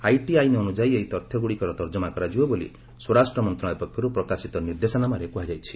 IT ଆଇନ ଅନୁଯାୟୀ ଏହି ତଥ୍ୟଗୁଡ଼ିକର ତର୍ଜମା କରାଯିବ ବୋଲି ସ୍ୱରାଷ୍ଟ୍ର ମନ୍ତ୍ରଣାଳୟ ପକ୍ଷରୁ ପ୍ରକାଶିତ ନିର୍ଦ୍ଦେଶନାମାରେ କ୍ରହାଯାଇଛି